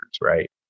right